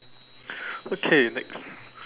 okay next